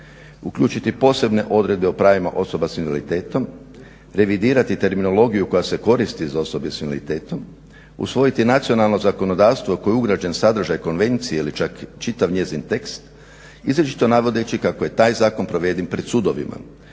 uključiti posebne odredbe o pravima osoba s invaliditetom, revidirati terminologiju koja se koristi za osobe s invaliditetom, usvojiti nacionalno zakonodavstvo u koji je ugrađen sadržaj konvencije ili čak čitav njezin tekst izričito navodeći kako je taj zakon provediv pred sudovima,